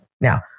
Now